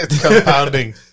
compounding